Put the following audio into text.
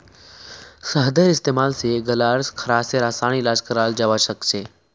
शहदेर इस्तेमाल स गल्लार खराशेर असान इलाज कराल जबा सखछे